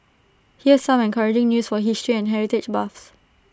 here's some encouraging news for history and heritage buffs